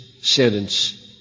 sentence